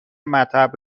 مطب